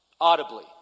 audibly